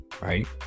right